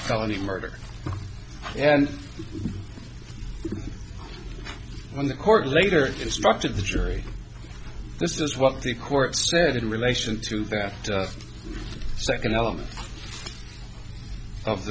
felony murder and when the court later instructed the jury this is what the court said in relation to that second element of